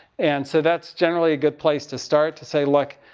and so that's generally a good place to start. to say, like,